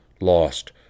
lost